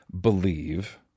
believe